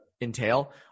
entail